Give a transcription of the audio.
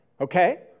Okay